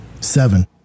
Seven